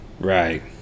right